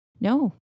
no